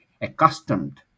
accustomed